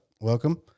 Welcome